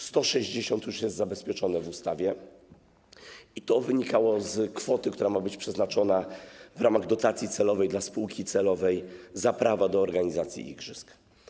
160 już jest zabezpieczone w ustawie i to wynikało z kwoty, która ma być przeznaczona w ramach dotacji celowej dla spółki celowej za prawa do organizacji igrzysk.